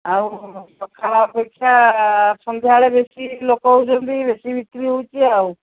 ଆଉ ସକାଳ ଅପେକ୍ଷା ସନ୍ଧ୍ୟାବେଳେ ବେଶି ଲୋକ ହେଉଛନ୍ତି ବେଶି ବିକ୍ରି ହେଉଛି ଆଉ